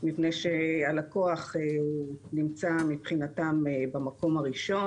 מפני שהלקוח נמצא מבחינתם במקום הראשון.